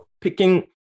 picking